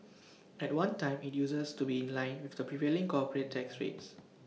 at one time IT uses to be in line with the prevailing corporate tax rates